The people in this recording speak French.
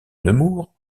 nemours